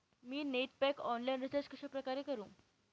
मी net pack online recharge कशाप्रकारे करु?